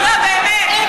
גרמן, את יכולה לשבת.